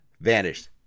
vanished